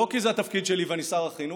לא כי זה התפקיד שלי ואני שר החינוך,